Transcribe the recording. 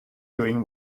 doing